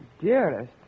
Dearest